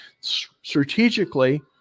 strategically